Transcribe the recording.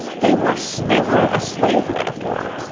they were so they were a slave metaphor.